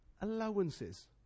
allowances